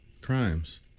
crimes